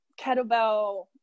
kettlebell